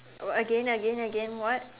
uh what again again again what